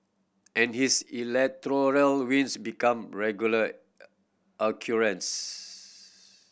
and his electoral wins become regular occurrence